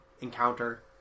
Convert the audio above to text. encounter